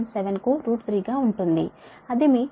817 కు 3 గా ఉంటుంది అది మీ 224